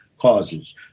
causes